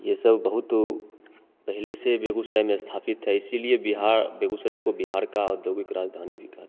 ये सब बहुत पहले से बेगुसराय में स्थापित था इसी लिए बिहार बेगुसराय को बिहार की औद्योगिक राजधानी भी कहते हैं